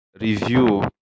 review